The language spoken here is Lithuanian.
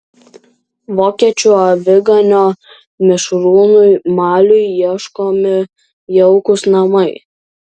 vokiečių aviganio mišrūnui maliui ieškomi jaukūs namai